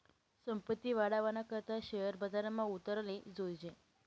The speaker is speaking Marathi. संपत्ती वाढावाना करता शेअर बजारमा उतराले जोयजे